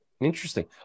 Interesting